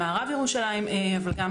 במערב ירושלים אבל גם